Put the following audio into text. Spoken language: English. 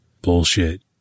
Bullshit